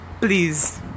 please